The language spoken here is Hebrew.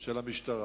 של המשטרה.